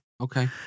Okay